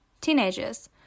teenagers